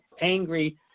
angry